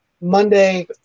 Monday